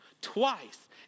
twice